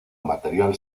material